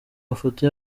mafoto